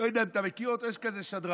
לא יודע אם אתה מכיר אותו, יש כזה שדרן.